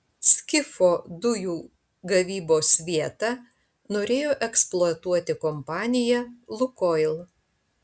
skifo dujų gavybos vietą norėjo eksploatuoti kompanija lukoil